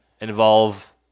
involve